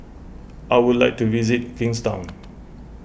I would like to visit Kingstown